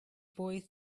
boy